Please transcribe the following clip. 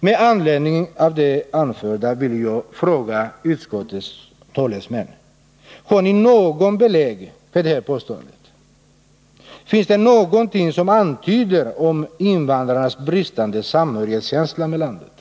Med anledning av det anförda vill jag fråga utskottets talesmän: Har ni något belägg för detta påstående? Finns det någonting som tyder på att invandrarna har en bristande samhörighetskänsla med landet?